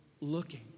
looking